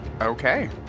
okay